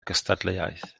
gystadleuaeth